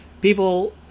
People